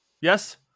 Yes